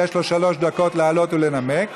ויש לו שלוש דקות לעלות ולנמק.